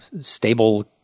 stable